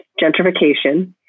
gentrification